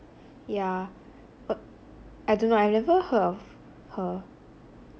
yeah b~ I don't know I never heard of her